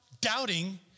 doubting